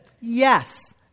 Yes